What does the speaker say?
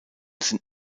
sind